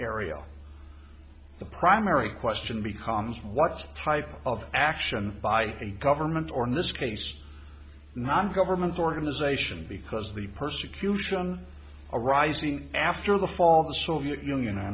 area the primary question becomes what type of action by a government or this case non government organization because of the persecution arising after the fall of the soviet union